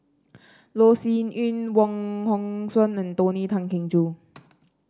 Loh Sin Yun Wong Hong Suen and Tony Tan Keng Joo